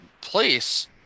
place